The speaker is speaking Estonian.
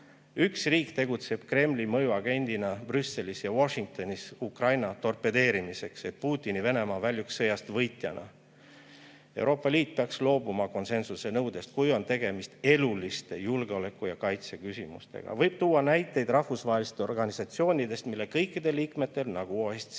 Üks riik tegutseb Kremli mõjuagendina Brüsselis ja Washingtonis Ukraina torpedeerimiseks, et Putini Venemaa väljuks sõjast võitjana. Euroopa Liit peaks loobuma konsensuse nõudest, kui on tegemist eluliste julgeoleku- ja kaitseküsimustega. Võib tuua näiteid rahvusvahelistest organisatsioonidest, mille kõikidel liikmetel, nagu OSCE,